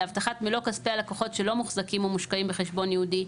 להבטחת מלוא כספי הלקוחות שלא מוחזקים או מושקעים בחשבון ייעודי,